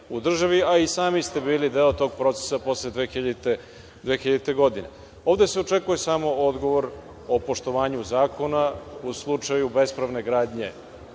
a i sami ste bili deo tog procesa posle 2000. godine. Ovde se samo očekuje odgovor o poštovanju zakona u slučaju bespravne gradnje